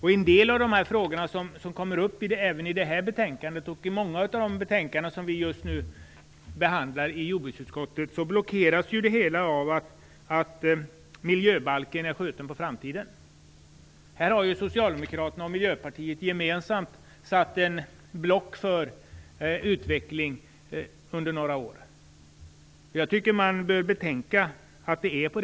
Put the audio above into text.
I en del av de frågor som kommer upp i det här betänkandet, och även i många andra betänkanden som vi just nu behandlar i jordbruksutskottet, blockeras det hela av att miljöbalken är skjuten på framtiden. Här har Socialdemokraterna och Miljöpartiet gemensamt åstadkommit en blockering för utveckling under några år. Jag tycker att det är betänkligt att det är så.